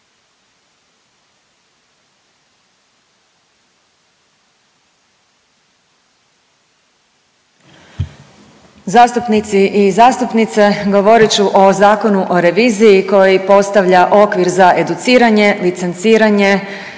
Zastupnici i zastupnice govorit ću o Zakonu o reviziji koji postavlja okvir za educiranje, licenciranje